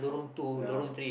oh yeah lah